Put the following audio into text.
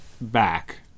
back